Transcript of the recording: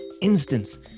instance